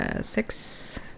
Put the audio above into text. six